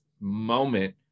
moment